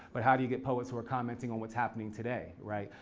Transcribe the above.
but how do you get poets who are commenting on what's happening today, right?